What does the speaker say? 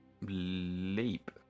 Leap